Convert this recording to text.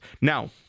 Now